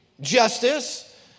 justice